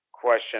question